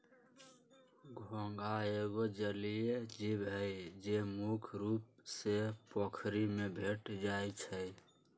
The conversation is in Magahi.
घोंघा एगो जलिये जीव हइ, जे मुख्य रुप से पोखरि में भेंट जाइ छै